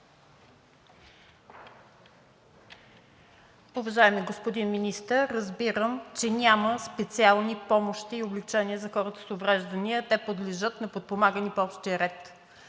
Уважаеми господин Министър, разбирам, че няма специални помощи и облекчения за хората с увреждания. Те подлежат на подпомагане по общия ред.